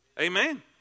Amen